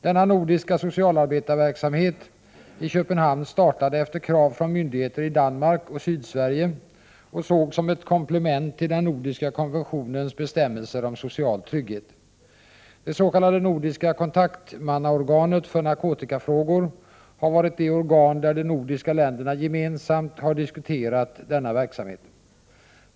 Denna nordiska socialarbetarverksamhet i Köpenhamn startade efter krav från myndigheter i Danmark och Sydsverige och sågs som ett komplement till den nordiska konventionens bestämmelser om social trygghet. Det s.k. nordiska kontaktmannaorganet för narkotikafrågor har varit det organ där de nordiska länderna gemensamt har diskuterat denna verksamhet.